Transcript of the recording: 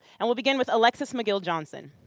and will begin with alexis mcgill johnson.